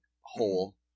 hole